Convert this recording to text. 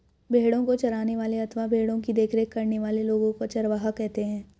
भेड़ों को चराने वाले अथवा भेड़ों की देखरेख करने वाले लोगों को चरवाहा कहते हैं